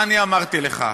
מה אני אמרתי לך?